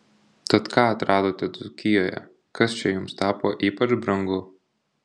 tad ką atradote dzūkijoje kas čia jums tapo ypač brangu